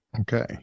Okay